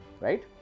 right